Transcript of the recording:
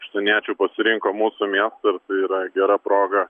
užsieniečių pasirinko mūsų miestą ir tai yra gera proga